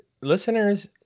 listeners